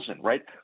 right